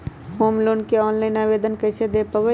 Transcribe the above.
Home loan के online आवेदन कैसे दें पवई?